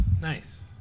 Nice